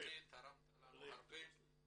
תרמת לנו הרבה.